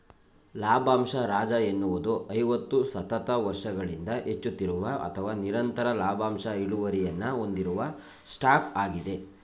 ಲಾಭಂಶ ರಾಜ ಎನ್ನುವುದು ಐವತ್ತು ಸತತ ವರ್ಷಗಳಿಂದ ಹೆಚ್ಚುತ್ತಿರುವ ಅಥವಾ ನಿರಂತರ ಲಾಭಾಂಶ ಇಳುವರಿಯನ್ನ ಹೊಂದಿರುವ ಸ್ಟಾಕ್ ಆಗಿದೆ